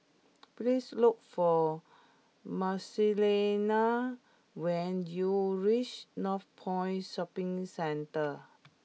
please look for Marcelina when you reach Northpoint Shopping Centre